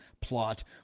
plot